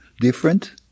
different